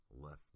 left